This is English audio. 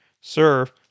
serve